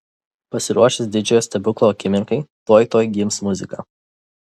pasiruošęs didžiojo stebuklo akimirkai tuoj tuoj gims muzika